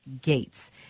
Gates